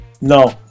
no